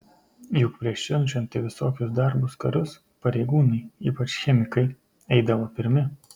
juk prieš siunčiant į visokius darbus karius pareigūnai ypač chemikai eidavo pirmi